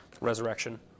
resurrection